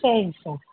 சரிங்க சார்